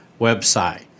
website